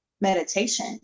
meditation